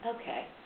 okay